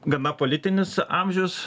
gana politinis amžius